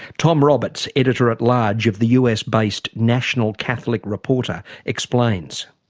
tom roberts editor-at-large of the us based, national catholic reporter explains.